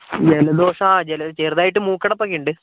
ജലദോഷം ആ ചെറുതായിട്ട് മൂക്കടപ്പൊക്കെയുണ്ട്